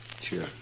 Sure